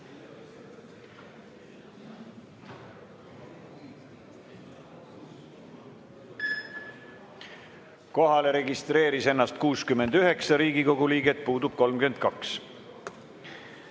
Kohalolijaks registreeris ennast 69 Riigikogu liiget, puudub 32.